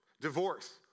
Divorce